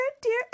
dear